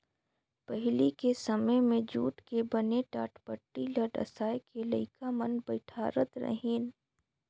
पहिली के समें मे जूट के बने टाटपटटी ल डसाए के लइका मन बइठारत रहिन